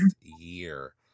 year